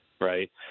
right